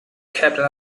captain